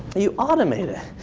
you automate it.